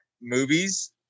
movies